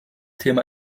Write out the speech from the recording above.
thema